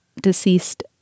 deceased